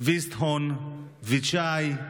וויתסהון, וויצ'אי,